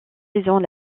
saison